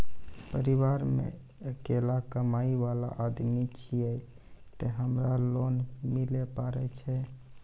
परिवारों मे अकेलो कमाई वाला आदमी छियै ते हमरा लोन मिले पारे छियै?